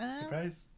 surprise